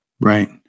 right